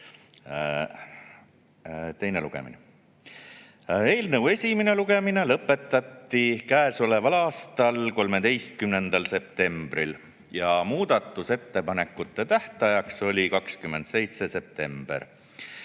teine lugemine. Eelnõu esimene lugemine lõpetati käesoleva aasta 13. septembril, muudatusettepanekute tähtaeg oli 27. september.